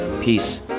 Peace